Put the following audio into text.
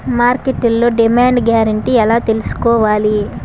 మార్కెట్లో demand guarantee ఎలా తెల్సుకోవాలి?